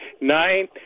Nine